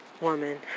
woman